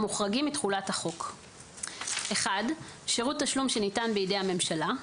המוחרגים מתחולת החוק שירות תשלום שניתן בידי הממשלה.